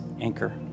anchor